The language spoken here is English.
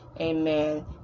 amen